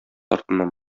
артыннан